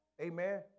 Amen